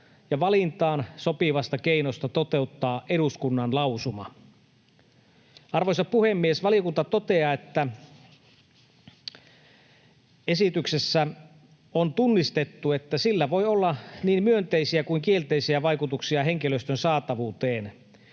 ja valintaan sopivasta keinosta toteuttaa eduskunnan lausuma. Arvoisa puhemies! Valiokunta toteaa, että esityksessä on tunnistettu, että sillä voi olla niin myönteisiä kuin kielteisiä vaikutuksia henkilöstön saatavuuteen.